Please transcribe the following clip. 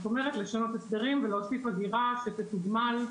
זאת אומרת, לשנות הסדרים ולהוסיף אגירה שתתוגמל,